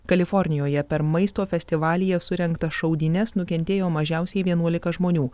kalifornijoje per maisto festivalyje surengtas šaudynes nukentėjo mažiausiai vienuolika žmonių